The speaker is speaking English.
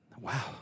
wow